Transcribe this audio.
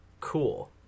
cool